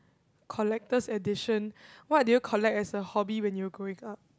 collectors edition what did you collect as a hobby when you were growing up